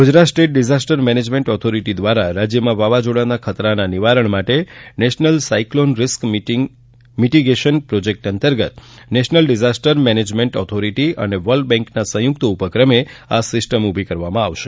Gujarat state disaster management authority દ્વારા રાજ્યમાં વાવાઝોડાના ખતરાના નિવારણ માટે national cyclone risk mitigation project અંતર્ગત નેશનલ ડિઝાસ્ટર મેનેજમેન્ટ ઓથોરિટી અને વર્લ્ડ બેન્કના સંયુક્ત ઉપક્રમે આ સિસ્ટમ ઊભી કરવામાં આવશે